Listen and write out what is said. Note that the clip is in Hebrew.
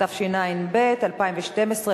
התשע"ב 2012,